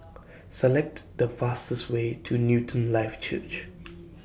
Select The fastest Way to Newton Life Church